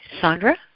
Sandra